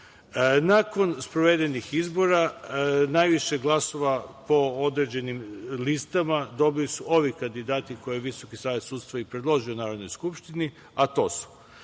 sprovedenih izbora, najviše glasova po određenim listama dobili su ovi kandidati koje je Visoki savet sudstva i predložio Narodnoj skupštini, a to su: